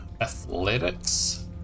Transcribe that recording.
athletics